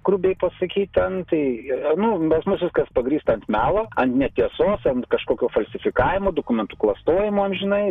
grubiai pasakyt ten tai nu pas mus viskas pagrįsta ant melo ant netiesos ant kažkokio falsifikavimo dokumentų klastojimo amžinai